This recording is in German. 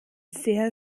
sehr